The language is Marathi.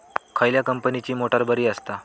खयल्या कंपनीची मोटार बरी असता?